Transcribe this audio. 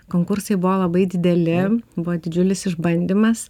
konkursai buvo labai dideli buvo didžiulis išbandymas